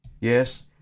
Yes